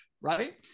right